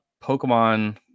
Pokemon